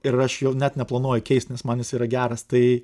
ir aš jau net neplanuoju keist nes man jis yra geras tai